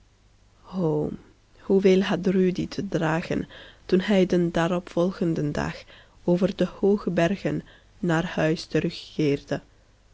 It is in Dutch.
hoeveel had rudy te dragen toen hij den daaropvolgenden dag over de hooge bergen naar huis